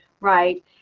right